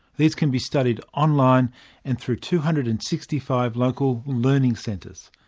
these can be studied online and through two hundred and sixty five local learning centres.